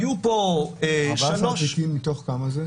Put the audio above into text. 14 תיקים מתוך כמה?